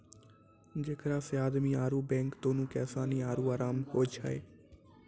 जेकरा से आदमी आरु बैंक दुनू के असानी आरु अराम होय छै